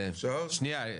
תודה.